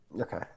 Okay